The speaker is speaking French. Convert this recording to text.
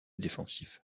défensif